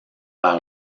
vers